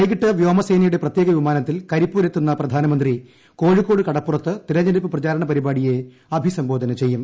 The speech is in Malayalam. വൈകിട്ട് വ്യോമസേനയുടെ പ്രത്യേക വിമാനത്തിൽ കരിപ്പൂരെത്തുന്ന പ്രധാനമന്ത്രി കോഴിക്കോട് കടപ്പുറത്ത് തിരഞ്ഞെടുപ്പ് പ്രചാരണ പരിപാടിയെ അഭിസംബോധന ചെയ്യും